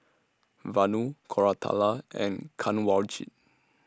Vanu Koratala and Kanwaljit